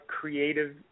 creative